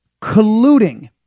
colluding